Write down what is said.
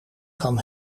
kan